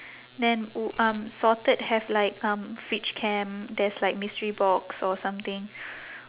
then oo um sorted have like um fridge cam there's like mystery box or something